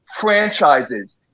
franchises